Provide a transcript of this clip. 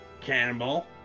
cannonball